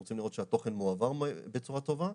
רוצים לראות שהתוכן מועבר בצורה טובה.